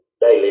daily